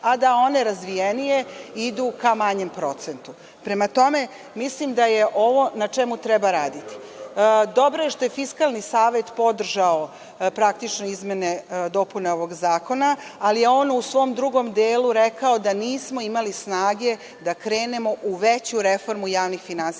a one razvijenije idu ka manjem procentu. Prema tome, mislim da je ovo nešto na čemu treba raditi. Dobro je što je Fiskalni savet podržao izmene i dopune ovog zakona, ali je on u svom drugom delu rekao da nismo imali snage da krenemo u veću reformu javnih finansija